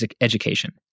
education